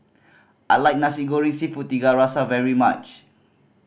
I like Nasi Goreng Seafood Tiga Rasa very much